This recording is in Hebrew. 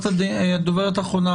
הדוברת האחרונה,